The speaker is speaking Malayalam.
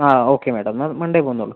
ആ ഓക്കെ മേഡം എന്നാൽ മൺഡേ പോന്നോളൂ